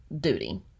duty